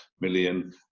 million